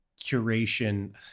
curation